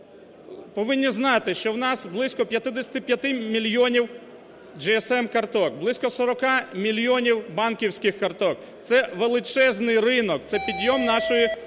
повинні знати, що в нас близько 55 мільйонів GSM-карток, близько 40 мільйонів банківських карток – це величезний ринок, це підйом нашої